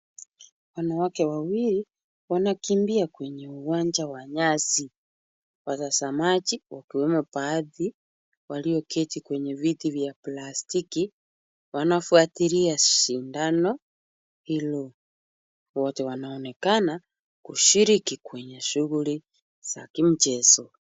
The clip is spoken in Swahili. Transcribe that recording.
Wanawake wawili wanakimbia kwenye uwanja wa nyasi. Watazamaji wakiwemo baadhi, walioketi kwenye viti vya plastiki, wanafuatilia shindano hilo. Wote wanaonekana kushiriki kwenye shughuli za kimchezo.